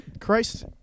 Christ